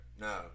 No